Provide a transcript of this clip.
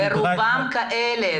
ורובן כאלה.